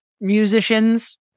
musicians